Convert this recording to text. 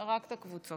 רק את הקבוצות.